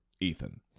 Ethan